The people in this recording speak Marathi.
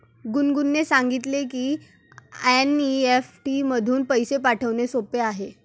गुनगुनने सांगितले की एन.ई.एफ.टी मधून पैसे पाठवणे सोपे आहे